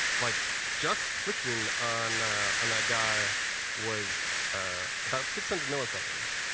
like just clicking on on that guy was about six hundred milliseconds.